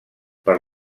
per